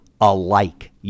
alike